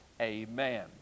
amen